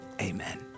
amen